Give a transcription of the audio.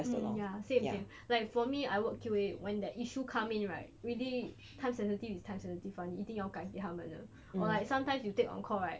mm ya same same like for me I work Q_A when the issue come in right really time sensitive is time sensitive [one] 你一定要改掉他们的 or like sometimes you take on call right